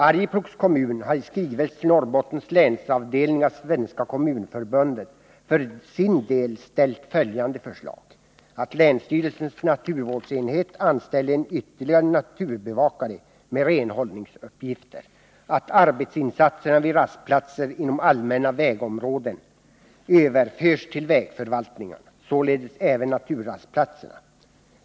Arjeplogs kommun har i skrivelse till Norrbottens länsavdelning vid Svenska kommunförbundet för sin del framställt följande förslag: att vid länsstyrelsens naturvårdsenhet anställes ytterligare en naturbevakare med renhållningsuppgifter, att arbetsuppgifterna vid rastplatser inom allmänna vägområden överförs till vägförvaltningarna — således även naturrastplatserna.